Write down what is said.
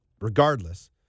regardless